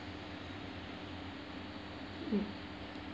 mm